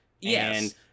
Yes